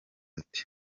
ati